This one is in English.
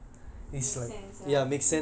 make sense lah